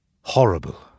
Horrible